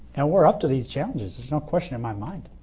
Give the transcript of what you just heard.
and we're up to these challenges. there's no question in my mind.